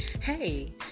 Hey